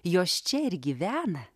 jos čia ir gyvena